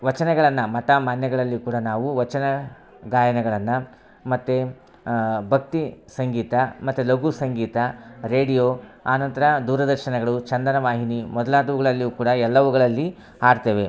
ವಚನಗಳನ್ನ ಮಠ ಮಾನ್ಯಗಳಲ್ಲಿ ಕೂಡ ನಾವು ವಚನ ಗಾಯನಗಳನ್ನು ಮತ್ತು ಭಕ್ತಿ ಸಂಗೀತ ಮತ್ತು ಲಘು ಸಂಗೀತ ರೇಡಿಯೋ ಆ ನಂತರ ದೂರದರ್ಶನಗಳು ಚಂದನ ವಾಹಿನಿ ಮೊದ್ಲಾದವುಗಳಲ್ಲಿಯು ಕೂಡ ಎಲ್ಲವುಗಳಲ್ಲಿ ಹಾಡ್ತೇವೆ